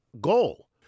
goal